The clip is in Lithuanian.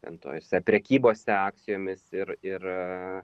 ten tose prekybose akcijomis ir ir